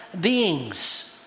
beings